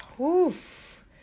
Oof